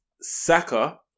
Saka